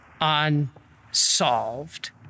unsolved